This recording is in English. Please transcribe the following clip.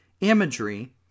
imagery